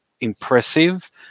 impressive